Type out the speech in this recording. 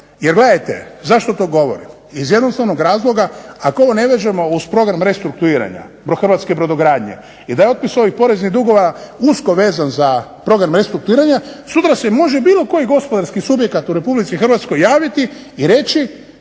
Jer gledajte zašto to govorim? Iz jednostavnog razloga ako ovo ne vežemo uz program restrukturiranja hrvatske brodogradnje i da je otpis ovih poreznih dugova usko vezan za program restrukturiranja, sutra se može bilo koji gospodarski subjekt u RH javiti i reći,